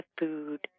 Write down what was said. food